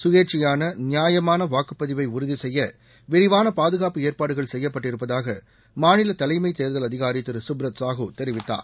சுயேட்சையான நியாயமான வாக்குப்பதிவை உறுதிசெய்ய விரிவான பாதுகாப்பு ஏற்பாடுகள் செய்யப்பட்டிருப்பதாக மாநில தலைமைத் தேர்தல் அதிகாரி திரு கப்ரத் சாஹூ தெரிவித்தார்